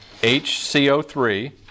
HCO3